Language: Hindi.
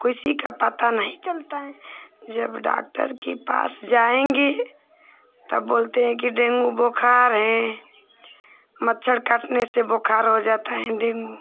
किसी का पता नहीं चलता है जब डॉक्टर के पास जाएँगे तब बोलते हैं कि डेन्गू बुखार है मच्छर काटने से बुखार हो जाता है डेन्गू